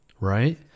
Right